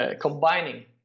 combining